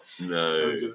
No